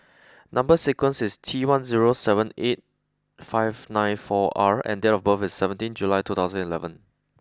number sequence is T one zero seven eight five nine four R and date of birth is seventeen July two thousand and eleven